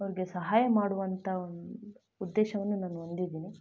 ಅವ್ರಿಗೆ ಸಹಾಯ ಮಾಡುವಂಥ ಒಂದು ಉದ್ದೇಶವನ್ನು ನಾನು ಹೊಂದಿದೀನಿ